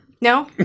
No